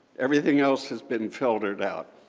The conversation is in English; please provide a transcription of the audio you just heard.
everything else has been filtered out.